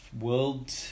world